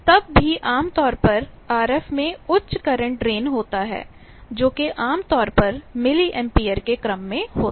तब भी आमतौर पर RF में उच्च करंट ड्रेन होता है जोकि आमतौर पर मिली एम्पीयर के क्रम में होता है